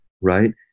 right